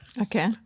Okay